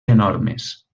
enormes